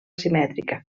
simètrica